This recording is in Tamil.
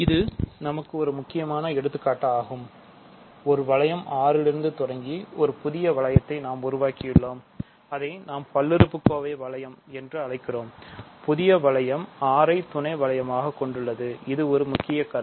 இது நமக்கு முக்கியமான எடுத்துக்காட்டு ஆகும் ஒரு வளையம் R ஐ துணை வளையமாகக் கொண்டுள்ளது இது ஒரு முக்கியமான கருத்து